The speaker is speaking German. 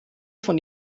von